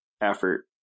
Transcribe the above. effort